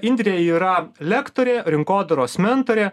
indrė yra lektorė rinkodaros mentorė